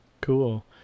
Cool